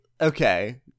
okay